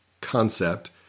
concept